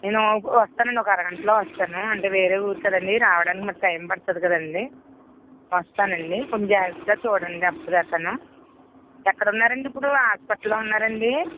నేను వస్తానండి ఒక అర గంటలో వస్తాను అంటే వేరే ఊరు కదండి రావడానికి మాకు టైమ్ పడుతుంది కదండీ వస్తాను అండి కొంచెం జాగ్రత్తగా చూడడండి అప్పటి దాకాను ఎక్కడ ఉన్నారండి ఇప్పుడూ హాస్పిటల్ లో ఉన్నారాండి